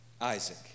Isaac